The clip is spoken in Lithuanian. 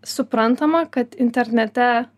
suprantama kad internete